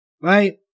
right